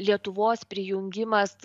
lietuvos prijungimas